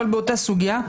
אבל באותה סוגיה,